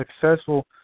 successful